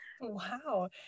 Wow